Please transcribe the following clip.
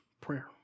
prayer